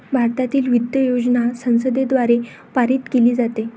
भारतातील वित्त योजना संसदेद्वारे पारित केली जाते